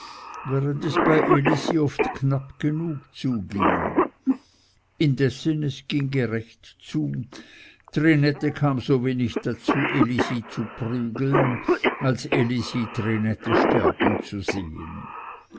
es bei elisi oft knapp genug zuging indessen es ging gerecht zu trinette kam so wenig dazu elisi zu prügeln als elisi trinette sterben zu sehen